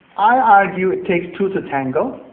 i argue it takes two to tango